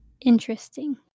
interesting